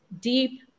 deep